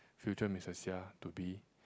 future missus Seah to be